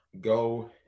go